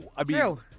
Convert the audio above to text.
True